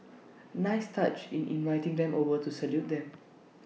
nice touch in inviting them over to salute them